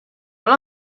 alla